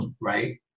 right